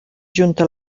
junta